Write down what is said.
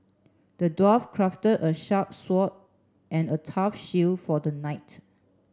the dwarf crafted a sharp sword and a tough shield for the knight